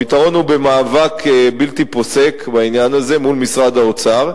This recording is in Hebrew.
הפתרון הוא במאבק בלתי פוסק בעניין הזה מול משרד האוצר.